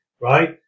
Right